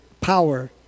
power